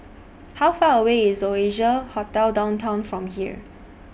How Far away IS Oasia Hotel Downtown from here